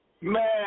Man